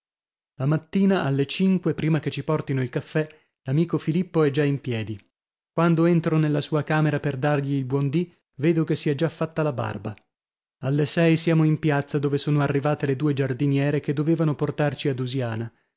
la mattina alle cinque prima che ci portino il caffè l'amico filippo è già in piedi quando entro nella sua camera per dargli il buon dì vedo che si è già fatta la barba alle sei siamo in piazza dove sono arrivate le due giardiniere che dovevano portarci a dusiana